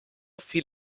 fiel